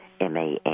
M-A-N